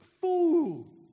fool